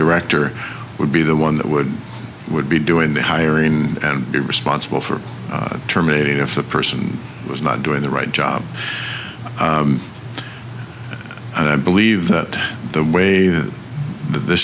director would be the one that would would be doing the hiring and be responsible for terminating if the person was not doing the right job and i believe that the way th